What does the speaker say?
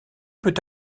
peut